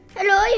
Hello